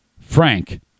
Frank